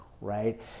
right